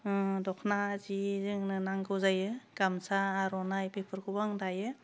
ओह दख'ना जि जोंनो नांगौ जायो गामसा आर'नाइ बेफोरखौबो आं दायो